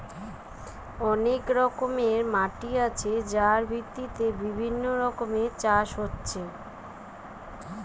অনেক রকমের মাটি আছে যার ভিত্তিতে বিভিন্ন রকমের চাষ হচ্ছে